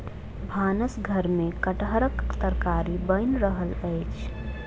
भानस घर में कटहरक तरकारी बैन रहल अछि